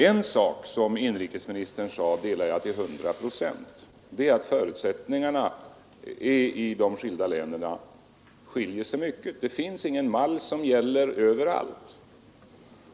En sak som inrikesministern sade håller jag med om till hundra procent, och det är att förutsättningarna i de olika länen skiljer sig mycket. Det finns ingen mall som gäller överallt.